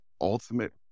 ultimate